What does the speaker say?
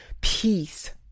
peace